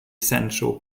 sancho